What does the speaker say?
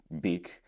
big